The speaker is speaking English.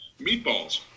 Meatballs